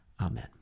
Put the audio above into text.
Amen